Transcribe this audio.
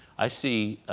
i see